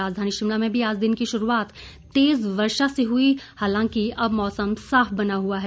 राजधानी शिमला में भी आज दिन की शुरूआत तेज वर्षा से हुई हालांकि अब मौसम साफ बना हुआ है